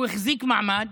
הוא החזיק מעמד,